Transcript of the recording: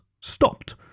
stopped